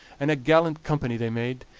and a gallant company they made.